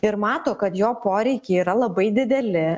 ir mato kad jo poreikiai yra labai dideli